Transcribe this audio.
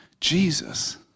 Jesus